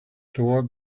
toward